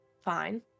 fine